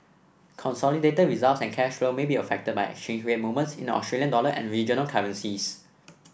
consolidated results and cash flow may be affected by exchange rate movements in the Australian dollar and regional currencies